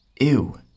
ew